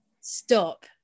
stop